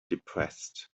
depressed